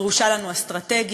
דרושה לנו אסטרטגיה,